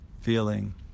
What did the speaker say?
feeling